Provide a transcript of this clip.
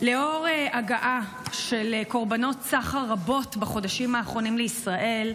לאור הגעה של קורבנות סחר רבות בחודשים האחרונים לישראל,